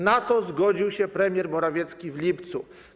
Na to zgodził się premier Morawiecki w lipcu.